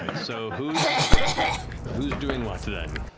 so who's who's doing what then?